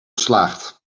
geslaagd